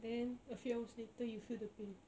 then a few hours later you feel the pain